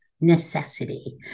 necessity